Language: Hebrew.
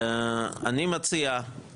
אני מציע,